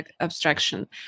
abstraction